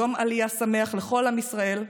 יום עלייה שמח לכל עם ישראל.